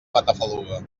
matafaluga